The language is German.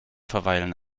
verweilen